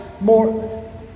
more